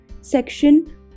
Section